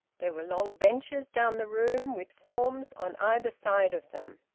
there were long benches down the room, with forms on either side of them.